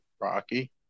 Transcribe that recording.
Rocky